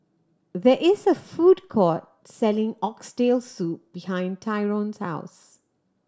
there is a food court selling Oxtail Soup behind Tyron's house